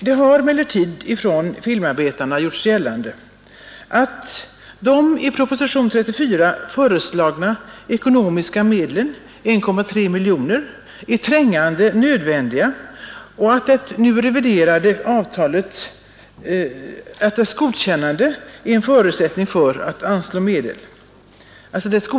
Det har emellertid från filmarbetarna gjorts gällande att de i propositionen 34 föreslagna ekonomiska medlen, 1,3 miljoner kronor, är trängande nödvändiga och att det nu reviderade avtalets godkännande av Kungl. Maj:t är en förutsättning för att anslå medel.